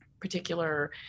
particular